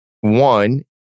One